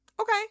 Okay